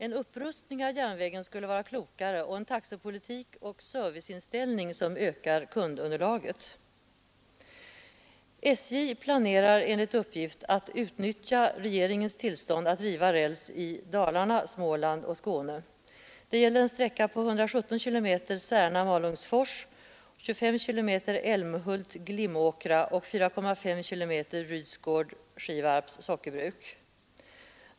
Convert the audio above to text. En upprustning av järnvägen skulle vara klokare och likaså en taxepolitik och serviceinställning som ökar kundunderlaget. SJ planerar enligt uppgift att utnyttja regeringens tillstånd att riva räls i Dalarna, Småland och Skåne. Det gäller en sträcka på 117 km Särna—Malungsfors, 25 km Älmhult Glimåkra och 4,5 km Rydsgård — Skivarps sockerbruk.